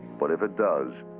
but if it does,